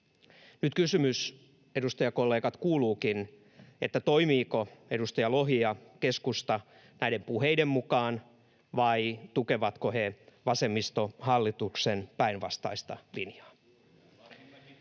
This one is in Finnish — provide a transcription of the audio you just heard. Nyt kysymys kuuluukin, edustajakollegat: toimivatko edustaja Lohi ja keskusta näiden puheiden mukaan, vai tukevatko he vasemmistohallituksen päinvastaista linjaa?